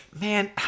Man